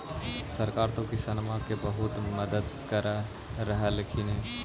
सरकार तो किसानमा के बहुते मदद कर रहल्खिन ह?